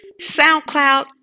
soundcloud